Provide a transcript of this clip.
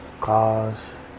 cars